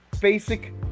basic